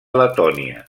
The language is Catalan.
letònia